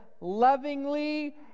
lovingly